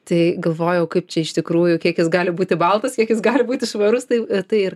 tai galvojau kaip čia iš tikrųjų kiek jis gali būti baltas kiek jis gali būti švarus taip tai ir